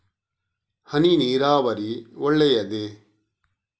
ಹನಿ ನೀರಾವರಿ ಒಳ್ಳೆಯದೇ?